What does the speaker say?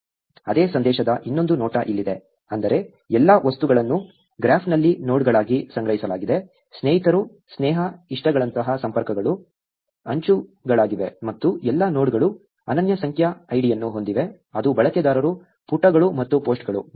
ಅದೇ ಸಂದೇಶದ ಇನ್ನೊಂದು ನೋಟ ಇಲ್ಲಿದೆ ಅಂದರೆ ಎಲ್ಲಾ ವಸ್ತುಗಳನ್ನು ಗ್ರಾಫ್ನಲ್ಲಿ ನೋಡ್ಗಳಾಗಿ ಸಂಗ್ರಹಿಸಲಾಗಿದೆ ಸ್ನೇಹಿತರು ಸ್ನೇಹ ಇಷ್ಟಗಳಂತಹ ಸಂಪರ್ಕಗಳು ಅಂಚುಗಳಾಗಿವೆ ಮತ್ತು ಎಲ್ಲಾ ನೋಡ್ಗಳು ಅನನ್ಯ ಸಂಖ್ಯಾ ಐಡಿಯನ್ನು ಹೊಂದಿವೆ ಅದು ಬಳಕೆದಾರರು ಪುಟಗಳು ಮತ್ತು ಪೋಸ್ಟ್ಗಳು